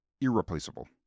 irreplaceable